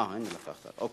אוקיי.